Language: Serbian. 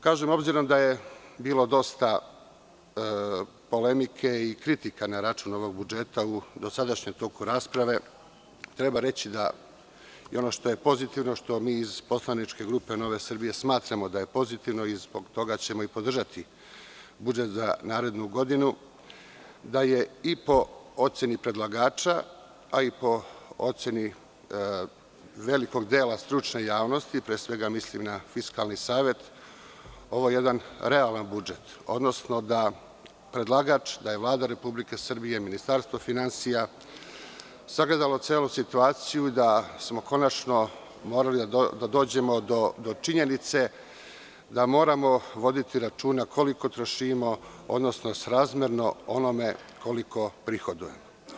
Kažem, obzirom da je bilo dosta polemike i kritika na račun ovog budžeta u dosadašnjem toku rasprave, treba reći, i ono što je pozitivno i što mi iz poslaničke grupe Nova Srbija smatramo da je pozitivno i zbog toga ćemo i podržati budžet za narednu godinu, da je i po oceni predlagača, a i po oceni velikog dela stručne javnosti, pre svega mislim na Fiskalni savet, ovo jedan realan budžet, odnosno da je predlagač, da je Vlada Republike Srbije, Ministarstvo finansija sagledalo celu situaciju i da smo konačno morali da dođemo do činjenice da moramo voditi računa koliko trošimo, odnosno srazmerno onome koliko prihodujemo.